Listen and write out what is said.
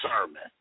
sermon